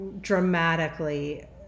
dramatically